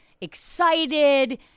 excited